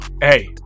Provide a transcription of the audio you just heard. hey